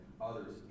others